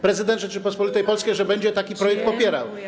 Prezydent Rzeczypospolitej Polskiej mówił, że będzie taki projekt popierał.